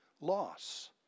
loss